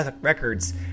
records